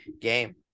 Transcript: game